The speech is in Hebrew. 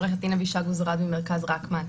אני עורכת דין אבישג עוזרד ממרכז רקמן.